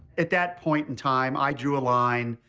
at that point in time, i drew a line.